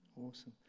Awesome